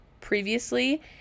previously